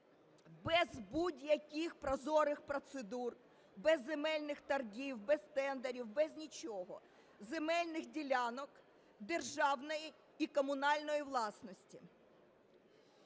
без будь-яких прозорих процедур, без земельних торгів, без тендерів, без нічого земельних ділянок державної і комунальної власності.